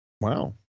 Wow